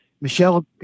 Michelle